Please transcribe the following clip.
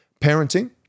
parenting